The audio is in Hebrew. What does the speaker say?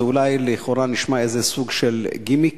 זה אולי לכאורה נשמע איזה סוג של גימיק,